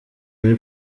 muri